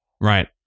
Right